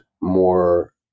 more